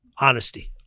Honesty